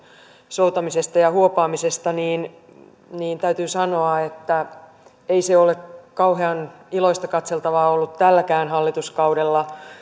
soutamisesta ja huopaamisesta niin niin täytyy sanoa että ei ole kauhean iloista katseltavaa ollut tälläkään hallituskaudella